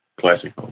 Classic